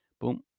Boom